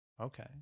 okay